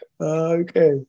okay